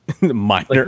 minor